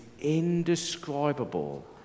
indescribable